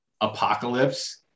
Apocalypse